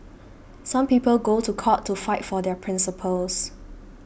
some people go to court to fight for their principles